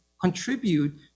contribute